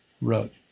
wrote